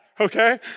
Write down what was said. Okay